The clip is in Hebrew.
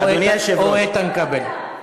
או איתן כבל.